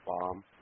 bomb